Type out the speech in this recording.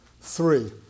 three